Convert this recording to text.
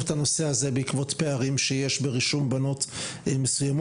את הנושא הזה בעקבות פערים שיש ברישום מבנות מסוימות,